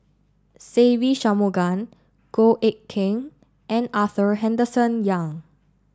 Se Ve Shanmugam Goh Eck Kheng and Arthur Henderson Young